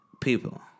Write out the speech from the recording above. people